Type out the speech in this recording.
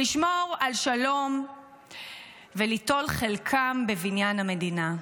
לשמור על שלום וליטול חלקם בבניין המדינה".